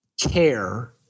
care